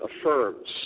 affirms